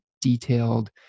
detailed